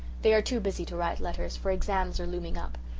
they are too busy to write letters, for exams are looming up.